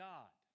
God